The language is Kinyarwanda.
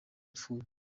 apfuye